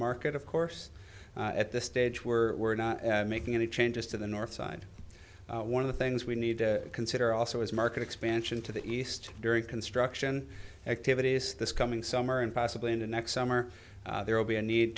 market of course at this stage we're we're not making any changes to the north side one of the things we need to consider also is market expansion to the east during construction activities this coming summer and possibly into next summer there will be a need